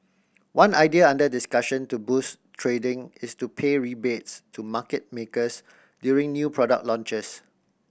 one idea under discussion to boost trading is to pay rebates to market makers during new product launches